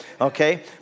okay